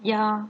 ya